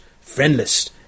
friendless